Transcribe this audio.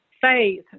faith